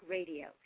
Radio